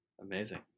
Amazing